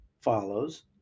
follows